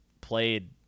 played